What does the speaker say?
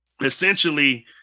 essentially